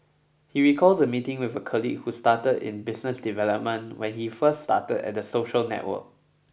he recalls a meeting with a colleague who started in business development when he first started at the social network